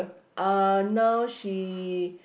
uh now she